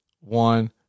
one